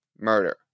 murder